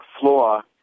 floor